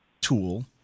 tool